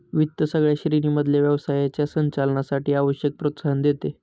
वित्त सगळ्या श्रेणी मधल्या व्यवसायाच्या संचालनासाठी आवश्यक प्रोत्साहन देते